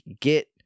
get